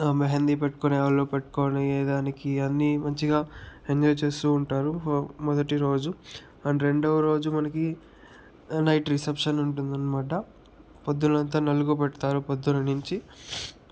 మెహందీ పెట్టుకునే వాళ్ళు పెట్టుకునే దానికి అన్ని మంచిగా ఎంజాయ్ చేస్తూ ఉంటారు మొదటిరోజు అండ్ రెండవ రోజు మనకి నైట్ రిసెప్షన్ ఉంటుంది ఉంటుందనమాట పొద్దునంతా నలుగు పెడతారు పొద్దున నుంచి